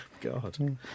God